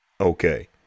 Okay